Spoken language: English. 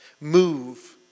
Move